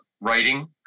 writing